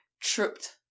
tripped